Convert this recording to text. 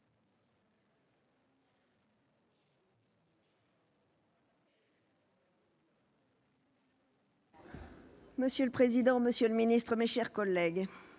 Monsieur le président, monsieur le ministre, mes chers collègues,